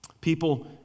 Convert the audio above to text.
People